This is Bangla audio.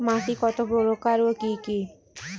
মাটি কতপ্রকার ও কি কী?